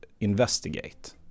investigate